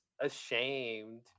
ashamed